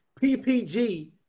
PPG